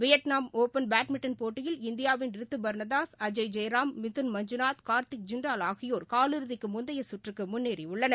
Vietnam open badminton போட்டியில் இந்தியாவின் ரித்துபர்னதாஸ் அஜய் ஜெயராம் மிதுன் மஞ்சுநாத் கார்த்திக் ஜின்டால் ஆகியோர் காலிறுதிக்குமுந்தையகற்றுக்குமுன்னேறியுள்ளனர்